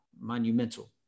monumental